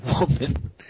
Woman